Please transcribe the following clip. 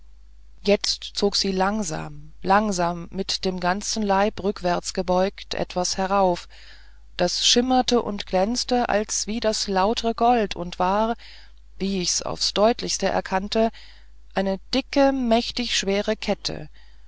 jetzt zog sie langsam langsam und mit dem ganzen leib rückwärts gebeugt etwas herauf das schimmerte und glänzte als wie das lautre gold und war wie ich aufs deutlichste erkannte eine dicke mächtig schwere kette